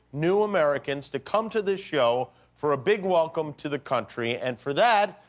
new americans to come to this show for a big welcome to the country, and for that,